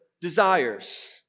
desires